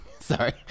Sorry